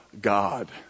God